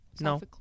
No